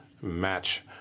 match